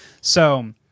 So-